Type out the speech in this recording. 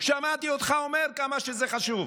שמעתי אותך אומר כמה שזה חשוב.